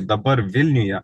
dabar vilniuje